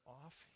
off